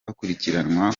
bakurikiranwa